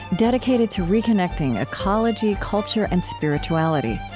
dedicated to reconnecting ecology, culture, and spirituality.